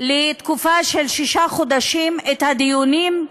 לתקופה של שישה חודשים, את הדיונים,